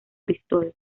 bristol